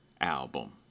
album